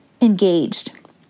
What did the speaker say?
engaged